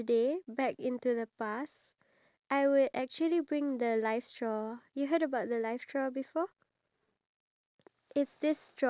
water just from the house I mean I know there's wells and everything but at the same time we need to make sure that the waters are actually clean